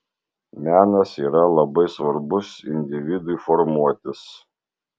menas yra labai svarbus individui formuotis